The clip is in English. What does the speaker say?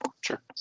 Sure